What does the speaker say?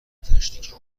تشریک